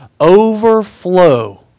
overflow